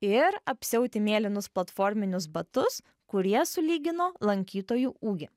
ir apsiauti mėlynus platforminius batus kurie sulygino lankytojų ūgį